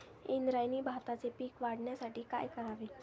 इंद्रायणी भाताचे पीक वाढण्यासाठी काय करावे?